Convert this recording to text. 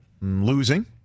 losing